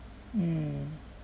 mm